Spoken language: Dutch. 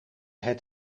het